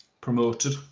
promoted